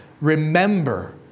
Remember